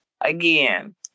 Again